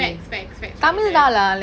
facts facts facts right there